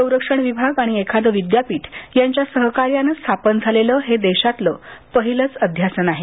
संरक्षण विभाग आणि एखादं विद्यापीठ यांच्या सहकार्यानं स्थापन झालेलं हे देशातलं पहिलंच अध्यासन आहे